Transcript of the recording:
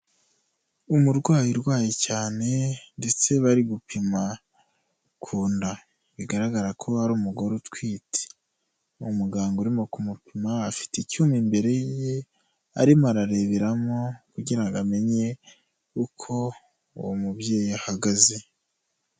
Umurwayi urwaye cyane ndetse bari gupima ku nda bigaragara ko ari umugore utwite, uwo muganga urimo kumuma afite icyuma imbere ye arimo arareberamo kugira amenye uko uwo mubyeyi ahagaze.